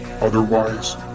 Otherwise